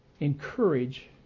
Encourage